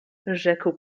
rzekł